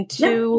two